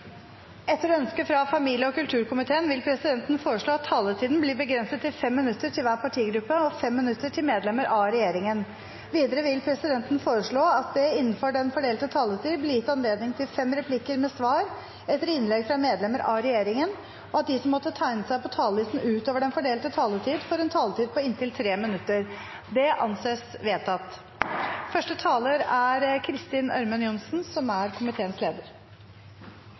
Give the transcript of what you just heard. Etter ønske fra familie- og kulturkomiteen vil presidenten foreslå at taletiden blir begrenset til 5 minutter til hver partigruppe og 5 minutter til medlemmer av regjeringen. Videre vil presidenten foreslå at det – innenfor den fordelte taletid – blir gitt anledning til fem replikker med svar etter innlegg fra medlemmer av regjeringen, og at de som måtte tegne seg på talerlisten utover den fordelte taletid, får en taletid på inntil 3 minutter. – Det anses vedtatt. Målet er at alle barn i Norge skal vernes mot omsorgsovergrep og omsorgssvikt. Barn som